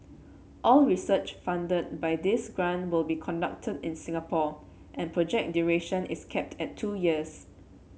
all research funded by this grant would be conducted in Singapore and project duration is capped at two years